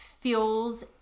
feels